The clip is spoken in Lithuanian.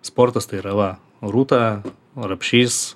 sportas tai yra va rūta rapšys